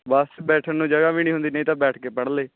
ਬਸ 'ਚ ਬੈਠਣ ਨੂੰ ਜਗ੍ਹਾ ਵੀ ਨਹੀਂ ਹੁੰਦੀ ਨਹੀਂ ਤਾਂ ਬੈਠ ਕੇ ਪੜ੍ਹ ਲਏ